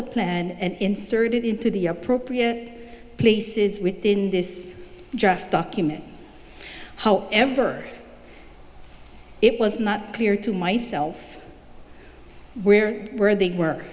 the plan and inserted into the appropriate places within this draft document however it was not clear to myself where were the w